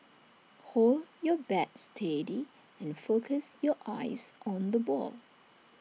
hold your bat steady and focus your eyes on the ball